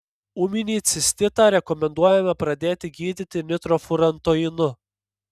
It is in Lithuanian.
ūminį cistitą rekomenduojame pradėti gydyti nitrofurantoinu